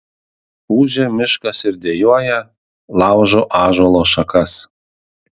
ūžia miškas ir dejuoja laužo ąžuolo šakas